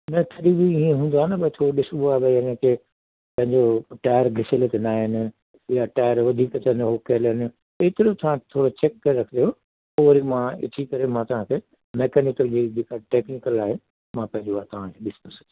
इन three wheel इअं हूंदो आहे न भई थोरो ॾिसिबो आहे भई इन खे पंहिंजो टायर घिसियल त न आहिनि या टाएर वधीक त उहो कयुल आहिनि एतिरो छा थोरो चैक कर रखजो पोइ वरी मां अची करे मां तव्हांखे मेकेनिकल ॿीं जेका टेक्निकल आहे मां पंहिंजे वटि तव्हांखे ॾिसंदुसि